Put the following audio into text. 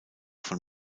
von